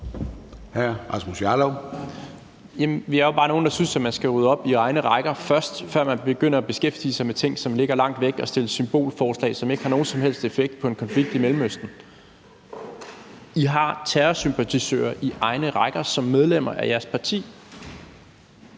vi er jo bare nogle, der synes, at man skal rydde op i egne rækker, før man begynder at beskæftige sig med ting, som ligger langt væk og fremsætte symbolforslag, som ikke har nogen som helst effekt på en konflikt i Mellemøsten. I har terrorsympatisører i egne rækker; de er medlemmer af jeres parti.